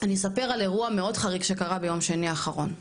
אני אספר על אירוע מאוד חריג שקרה ביום שני האחרון,